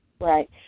Right